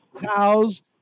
cows